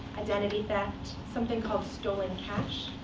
identity theft, something called stolen cash,